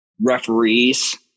referees